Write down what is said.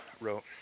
wrote